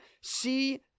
see